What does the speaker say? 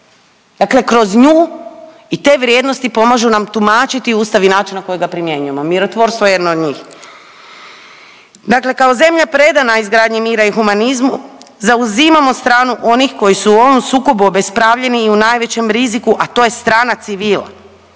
Dakle kroz nju i te vrijednosti pomažu nam tumačiti Ustav i način na koji ga primjenjujemo. Mirotvorstvo je jedno od njih. Dakle kao zemlja predana izgradnji mira i humanizmu, zauzimamo stranu onih koji su u ovom sukobu obespravljeni i u najvećem riziku, a to je strana civila.